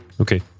Okay